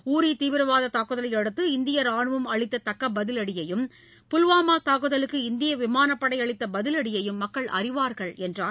ஊரி தீவிரவாத தாக்குதலையடுத்து இந்திய ராணுவம் அளித்த தக்க பதிவடியையும் புல்வாமா தாக்குதலுக்கு இந்திய விமானப்படை அளித்த பதிலடியையும் மக்கள் அறிவார்கள் என்றார்